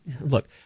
look